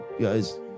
guys